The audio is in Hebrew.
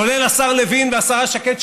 כולל השר לוין והשרה שקד,